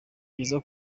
byiza